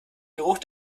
geruch